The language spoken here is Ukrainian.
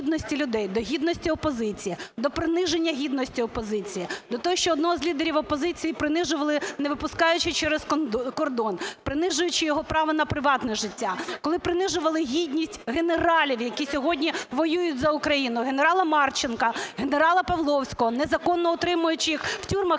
до гідності людей, до гідності опозиції, до приниження гідності опозиції, до того, що одного з лідерів опозиції принижували, не випускаючи через кордон, принижуючи його право на приватне життя? Коли принижували гідність генералів, які сьогодні воюють за Україну: генерала Марченка, генерала Павловського, незаконно утримуючи їх в тюрмах